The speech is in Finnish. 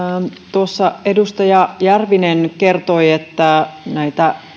tuossa edustaja järvinen kertoi että näitä